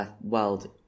world